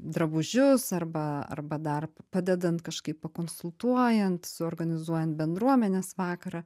drabužius arba arba dar padedant kažkaip pakonsultuojant suorganizuojant bendruomenės vakarą